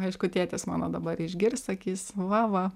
aišku tėtis mano dabar išgirs sakys va va